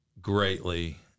greatly